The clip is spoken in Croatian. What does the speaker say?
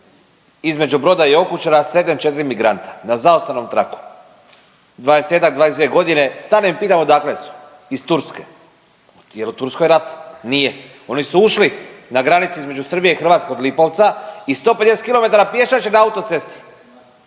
između Broda i Okučana srednjem 4 migranta na zaustavnom traku, 20-tak, 22.g., stanem i pitam odakle su? Iz Turske. Jel u Turskoj rat? Nije. Oni su ušli na granici između Srbije i Hrvatske od Lipovca i 150 km pješače na autocesti